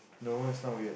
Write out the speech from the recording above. no is not weird